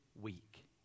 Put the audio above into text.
week